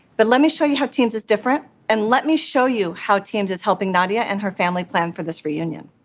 but let me show you how teams is different and let me show you how teams is helping nadia and her family plan for this reunion.